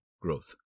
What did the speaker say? growth